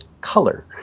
color